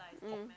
mm